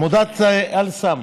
עמותת אל-סם